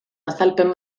azalpen